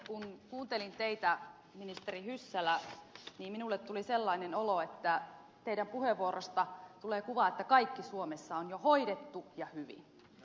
kun kuuntelin teitä ministeri hyssälä niin minulle tuli sellainen olo että teidän puheenvuorostanne tulee kuva että kaikki suomessa on jo hoidettu ja hyvin